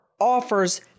Offers